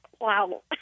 wow